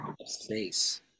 space